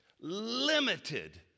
limited